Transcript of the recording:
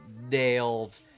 nailed